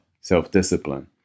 self-discipline